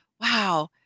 wow